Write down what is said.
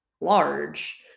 large